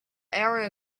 area